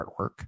artwork